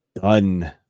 done